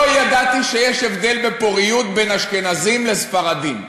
לא ידעתי שיש הבדל בפוריות בין אשכנזים לספרדים,